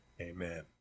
Amen